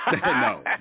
No